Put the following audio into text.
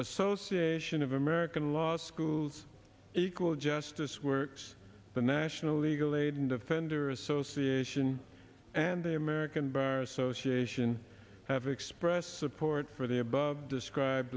association of american law schools equal justice works the national legal aid in the fender association and the american bar association have expressed support for the above described